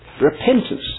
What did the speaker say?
repentance